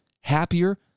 happier